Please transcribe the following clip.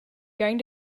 going